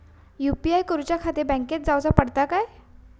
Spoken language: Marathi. यू.पी.आय करूच्याखाती बँकेत जाऊचा पडता काय?